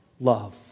love